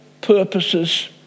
purposes